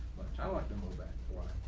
i like the most bang for